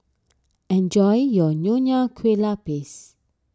enjoy your Nonya Kueh Lapis